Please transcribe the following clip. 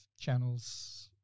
channels